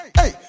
hey